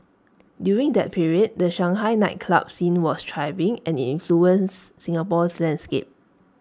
during that period the Shanghai nightclub scene was thriving and IT influenced Singapore's landscape